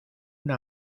una